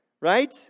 right